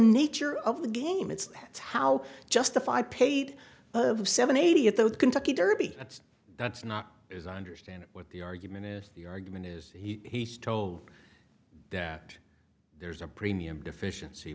nature of the game it's how justify paid of seventy eighty at the kentucky derby that's that's not as i understand what the argument is the argument is he's told that there's a premium deficiency